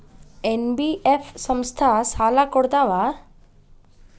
NBF ಸಂಸ್ಥಾ ಸಾಲಾ ಕೊಡ್ತಾವಾ?